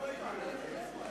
בבקשה.